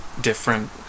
Different